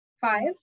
Five